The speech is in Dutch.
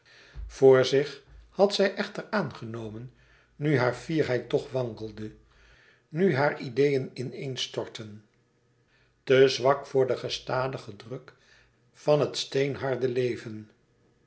voor zich had zij echter aangenomen nu hare fierheid toch wankelde nu hare ideeën in-een stortten te zwak voor den stadigen druk van het steenharde leven